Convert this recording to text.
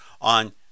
on